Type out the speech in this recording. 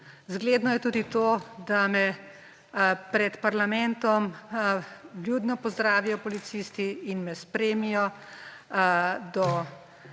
Zgledno je tudi to, da me pred parlamentom vljudno pozdravijo policisti in me spremijo do